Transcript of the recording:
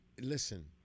listen